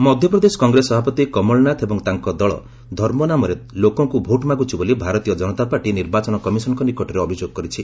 BJP EC Madhya Pradesh Congress ସଭାପତି କମଳନାଥ ଏବଂ ତାଙ୍କ ଦଳ ଧର୍ମ ନାମରେ ଲୋକଙ୍କୁ ଭୋଟ ମାଗୁଛି ବୋଲି ଭାରତୀୟ କନତା ପାର୍ଟି ନିର୍ବାଚନ କମିଶନ୍ଙ୍କ ନିକଟରେ ଅଭିଯୋଗ କରିଛି